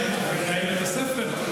כמנהל בית ספר.